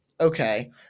okay